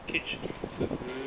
cage 四十